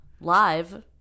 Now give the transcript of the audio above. live